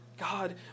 God